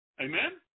Amen